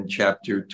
Chapter